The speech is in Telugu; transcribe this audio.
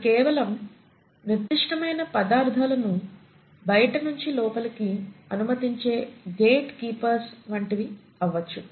అవి కేవలం నిర్దిష్టమైన పదార్ధాలను బయట నుంచి లోపలికి అనుమతించే గేట్ కీపర్స్ వంటివి అవ్వొచ్చు